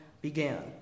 began